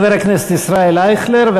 חבר הכנסת ישראל אייכלר,